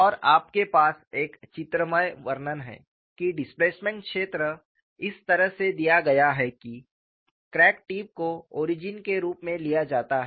और आपके पास एक चित्रमय वर्णन है कि डिस्प्लेसमेंट क्षेत्र इस तरह से दिया गया है कि क्रैक टिप को ओरिजिन के रूप में लिया जाता है